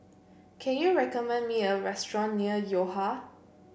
can you recommend me a restaurant near Yo Ha